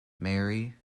mary